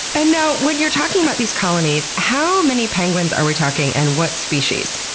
and you know when you're talking about these colonies, how many penguins are we talking and what species?